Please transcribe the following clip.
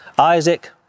Isaac